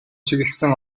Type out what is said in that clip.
чиглэсэн